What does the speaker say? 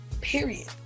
period